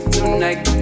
Tonight